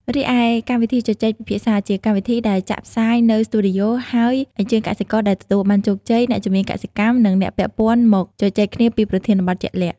រីឯកម្មវិធីជជែកពិភាក្សា ជាកម្មវិធីដែលចាក់ផ្សាយនៅស្ទូឌីយោ ហើយអញ្ជើញកសិករដែលទទួលបានជោគជ័យ អ្នកជំនាញកសិកម្ម និងអ្នកពាក់ព័ន្ធមកជជែកគ្នាពីប្រធានបទជាក់លាក់។